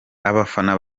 abafana